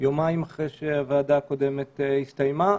יומיים אחרי שהוועדה הקודמת הסתיימה,